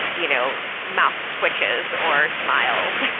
you know mouth twitches or smiles.